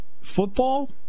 Football